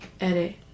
edit